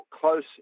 close